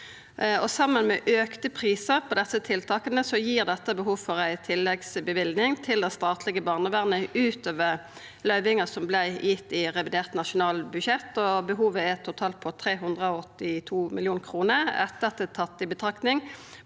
Saman med auka prisar på desse tiltaka gir dette behov for ei tilleggsløyving til det statlege barnevernet utover løyvinga som vart gitt i revidert nasjonalbudsjett, og behovet er totalt på 382 mill. kr etter at det er tatt i betraktning